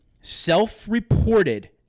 self-reported